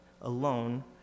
alone